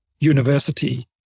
university